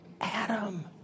Adam